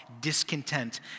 discontent